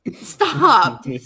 stop